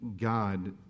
God